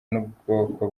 n’ubwoko